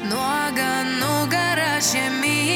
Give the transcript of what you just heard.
nuoga nugara žemyn